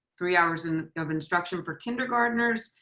three hours and of instruction for kindergartners,